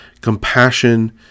compassion